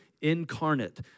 incarnate